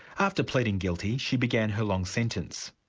after pleading guilty she began her long sentence.